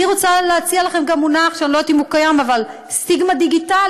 אני רוצה להציע לכם מונח שאני לא יודעת אם הוא קיים: סטיגמה דיגיטלית.